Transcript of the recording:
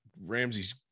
Ramsey's